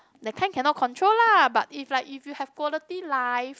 that kind cannot control lah but if like if you have quality life